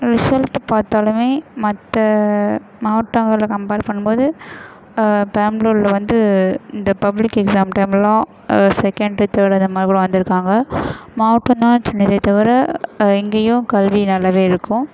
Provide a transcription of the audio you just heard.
result பார்த்தாலுமே மற்ற மாவட்டங்கள்ல கம்பேர் பண்ணும் போது பெரம்பலூர்ல வந்து இந்த பப்ளிக் எக்சாம் டைம்லயெலாம் செகண்ட்டு தேர்ட் அந்த மாதிரி கூட வந்திருக்காங்க மாவட்டம் தான் சின்னதே தவிர இங்கேயும் கல்வி நல்லாவே இருக்கும்